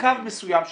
מסוים שהיה.